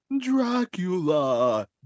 Dracula